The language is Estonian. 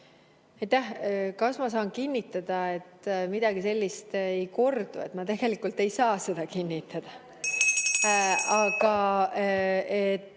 Kas ma saan kinnitada, et midagi sellist ei kordu? Ma tegelikult ei saa seda kinnitada.